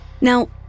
Now